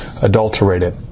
adulterated